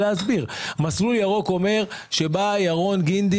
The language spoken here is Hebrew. מסלול ירוק אומר שבא ירון גינדי,